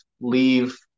leave